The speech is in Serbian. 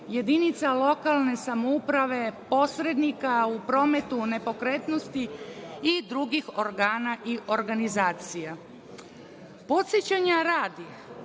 jedinica lokalne samouprave, posrednika u prometu nepokretnosti i drugih organa i organizacija. Podsećanja radi,